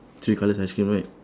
three colours ice cream right